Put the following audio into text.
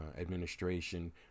administration